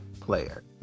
player